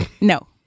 no